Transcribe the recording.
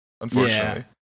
Unfortunately